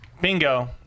Bingo